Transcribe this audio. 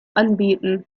anbieten